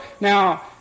now